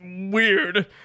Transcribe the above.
weird